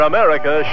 America